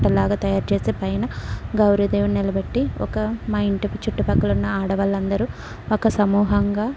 బుట్టలాగా తయారుచేసే పైన గౌరీ దేవున్ని నిలబెట్టి ఒక మా ఇంటికి చుట్టుపక్కల ఉన్న ఆడవాళ్ళందరూ ఒక సమూహంగా